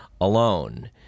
alone